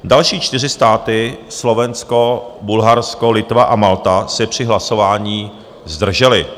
Další čtyři státy Slovensko, Bulharsko, Litva a Malta se při hlasování zdržely.